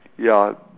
ya